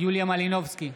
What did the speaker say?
יוליה מלינובסקי,